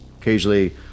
occasionally